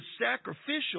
sacrificial